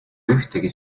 ühtegi